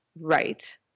Right